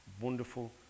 wonderful